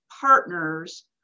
partners